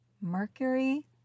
Mercury